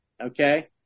Okay